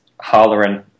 hollering